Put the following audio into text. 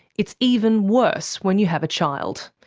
it's even worse when you have a child.